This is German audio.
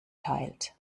teilt